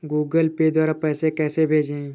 Google Pay द्वारा पैसे कैसे भेजें?